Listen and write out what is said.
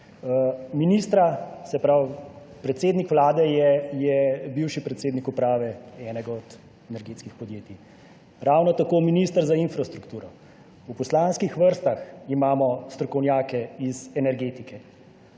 Ministra, se pravi, predsednik vlade je bivši predsednik uprave enega od energetskih podjetij. Ravno tako minister za infrastrukturo. V poslanskih vrstah imamo strokovnjake iz energetike.